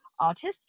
autistic